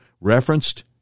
referenced